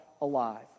alive